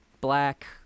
black